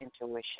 intuition